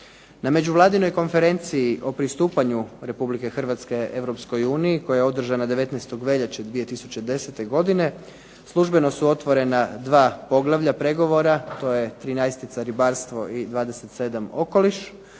Na međuvladinoj konferenciji u pristupanju Republike Hrvatske Europskoj uniji koja je održana 19. veljače 2010. godine službeno su otvorena dva poglavlja pregovora, to je 13 - Ribarstvo i 27 – Okoliš